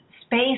Space